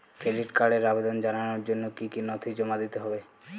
Credit কার্ডের আবেদন জানানোর জন্য কী কী নথি জমা দিতে হবে?